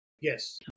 yes